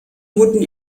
wurden